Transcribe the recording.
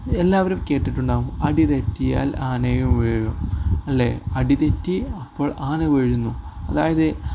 എല്ലാവരും കേട്ടിട്ടുണ്ടാകും അടി തെറ്റിയാൽ ആനയും വീഴും അല്ലേ അടി തെറ്റി അപ്പോൾ ആന വീഴുന്നു അതായത്